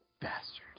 Bastard